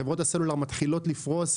חברות הסלולר מתחילות לפרוס,